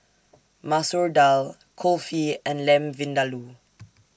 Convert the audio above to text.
Masoor Dal Kulfi and Lamb Vindaloo